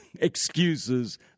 excuses